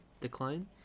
decline